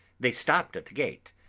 they stopped at the gate,